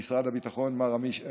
הביטחון מר אמיר אשל.